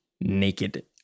naked